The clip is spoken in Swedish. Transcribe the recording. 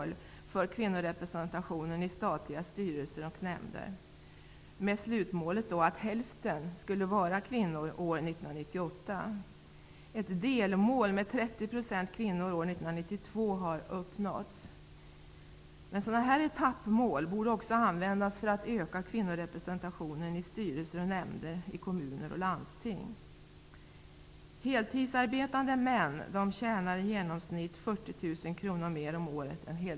Liknande etappmål borde också användas för att öka kvinnorepresentationen i styrelser och nämnder, i kommuner och landsting.